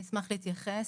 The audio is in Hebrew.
אני אשמח להתייחס.